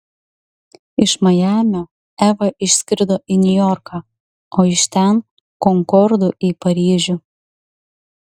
iš majamio eva išskrido į niujorką o iš ten konkordu į paryžių